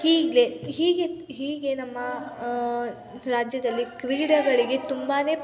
ಈಗ್ಲೆ ಹೀಗೆ ಹೀಗೆ ನಮ್ಮ ರಾಜ್ಯದಲ್ಲಿ ಕ್ರೀಡೆಗಳಿಗೆ ತುಂಬಾ